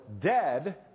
dead